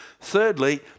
Thirdly